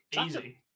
Easy